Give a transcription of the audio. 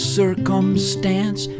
circumstance